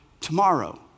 tomorrow